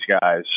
guys